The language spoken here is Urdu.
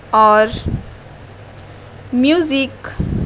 اور میوزک